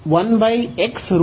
ಆದ್ದರಿಂದ ನಾವು ಅನ್ನು ಹೊಂದಿದ್ದೇವೆ